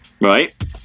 Right